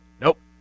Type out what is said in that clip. Nope